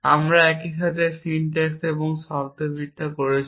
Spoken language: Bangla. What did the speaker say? আমরা একই সাথে সিনট্যাক্স এবং শব্দার্থবিদ্যা করছি